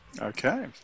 Okay